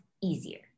easier